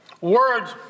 Words